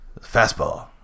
fastball